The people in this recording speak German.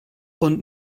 und